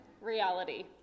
reality